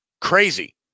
Crazy